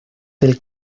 del